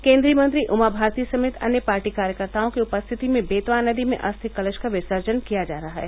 केन्द्रीय मंत्री उमा भारती समेत अन्य पार्टी कार्यकर्ताओं की उपस्थिति में बेतवा नदी में अस्थि कलश का विसर्जन किया जा रहा है